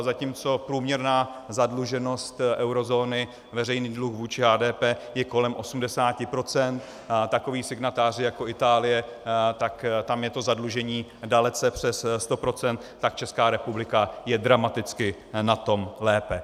Zatímco průměrná zadluženost eurozóny, veřejný dluh vůči HDP je kolem 80 %, takoví signatáři jako Itálie, tak tam je to zadlužení dalece přes 100 %, tak Česká republika je dramaticky na tom lépe.